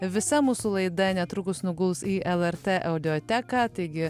visa mūsų laida netrukus nuguls į lrt audioteką taigi